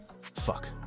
Fuck